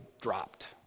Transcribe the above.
dropped